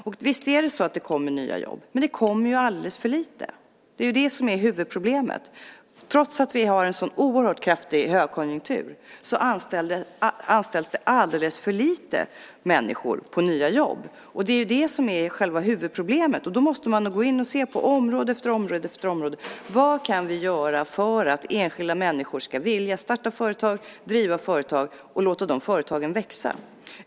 Och visst blir det nya jobb, men det blir alldeles för få jobb. Det är det som är huvudproblemet. Trots att vi har en så oerhört kraftig högkonjunktur anställs det alldeles för få personer på nya jobb. Det är det som är själva huvudproblemet. Då måste man gå in och titta på område efter område vad man kan göra för att enskilda människor ska vilja starta företag, driva företag och låta dessa företag växa.